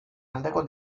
aldeko